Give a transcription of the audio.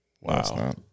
Wow